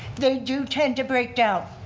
they do tend to break down.